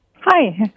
Hi